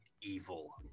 evil